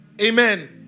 Amen